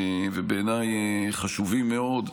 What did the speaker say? ובעיניי חשובים מאוד,